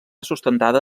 sustentada